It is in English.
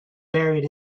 buried